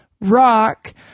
rock